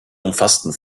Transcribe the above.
umfassten